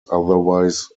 otherwise